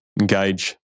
engage